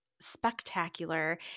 Spectacular